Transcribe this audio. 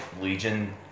Legion